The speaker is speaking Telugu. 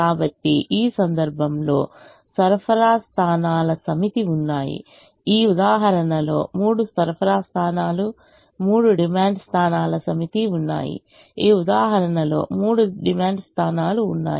కాబట్టి ఈ సందర్భంలో సరఫరా స్థానాల సమితి ఉన్నాయి ఈ ఉదాహరణలో మూడు సరఫరా స్థానాలు డిమాండ్ స్థానాల సమితి ఉన్నాయి ఈ ఉదాహరణలో మూడు డిమాండ్ స్థానాలు ఉన్నాయి